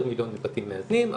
עשרה מיליון לבתים מאזנים,